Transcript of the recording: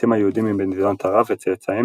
הפליטים היהודים ממדינות ערב וצאצאיהם